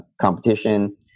competition